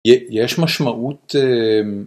יש משמעות